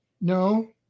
No